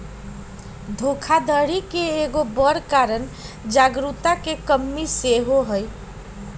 धोखाधड़ी के एगो बड़ कारण जागरूकता के कम्मि सेहो हइ